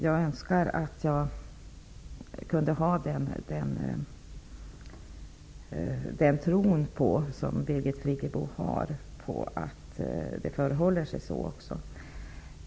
Jag önskar att jag kunde dela Birgit Friggebos tro på att det också förhåller sig så.